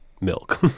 milk